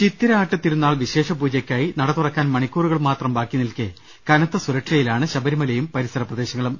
ചിത്തിര ആട്ടത്തിരുന്നാൾ വിശേഷ പൂജയ്ക്കായി നട തുറക്കാൻ മണിക്കൂ റുകൾ മാത്രം ബാക്കി നിൽക്കെ കനത്ത സുരക്ഷയിലാണ് ശബരിമലയും പരിസര പ്രദേശങ്ങളും